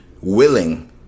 willing